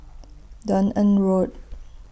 Dunearn Road